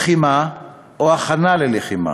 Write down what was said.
לחימה או הכנה ללחימה.